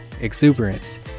exuberance